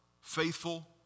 faithful